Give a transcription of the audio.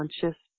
conscious